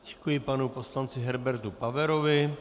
Děkuji panu poslanci Herbertu Paverovi.